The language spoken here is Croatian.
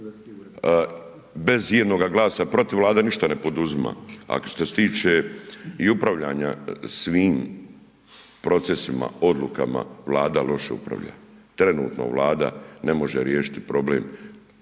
bez ijednoga glasa protiv Vlade ništa ne poduzima. A što se tiče i upravljanja svim procesima, odlukama Vlada loše upravlja. Trenutno Vlada ne može riješiti problem